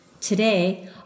Today